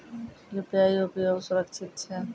UPI उपयोग सुरक्षित छै?